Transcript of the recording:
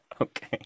Okay